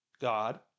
God